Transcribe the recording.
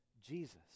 Jesus